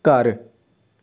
ਘਰ